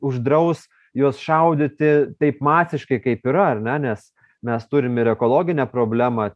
uždraus juos šaudyti taip masiškai kaip yra ar ne nes mes turim ir ekologinę problemą